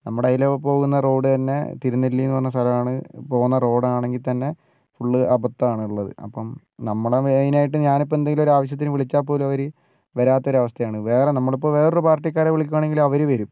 നമ്മുടെ അയിലൂടെ പോകുന്ന റോഡ് തന്നെ തിരുന്നെല്ലി എന്ന് പറയുന്ന സ്ഥലമാണ് പോകുന്ന റോഡാണെങ്കി തന്നെ ഫുള്ളു അബദ്ധമാണ് ഉള്ളത് അപ്പം നമ്മുടെ മെയിൻ ആയിട്ട് ഞാൻ ഇപ്പ എന്തെങ്കിലും ഒരു ആവിശ്യത്തിന് വിളിച്ചാ പോലും അവര് വരാത്ത ഒരു അവസ്ഥയാണ് വേറെ നമ്മൾ ഇപ്പോൾ വേറെ പാർട്ടിക്കാരെ വിളിക്കുവാണെങ്കിൽ അവര് വരും